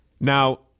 Now